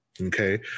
okay